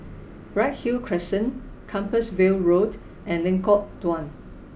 Bright Hill Crescent Compassvale Road and Lengkok Dua